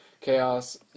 chaos